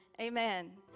Amen